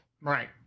Right